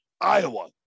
Iowa